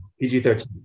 PG-13